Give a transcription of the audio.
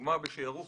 - לדוגמה בשערוך